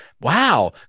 wow